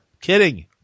Kidding